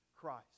Christ